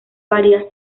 varía